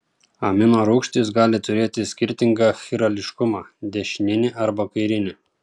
aminorūgštys gali turėti skirtingą chirališkumą dešininį arba kairinį